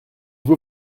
vous